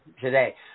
today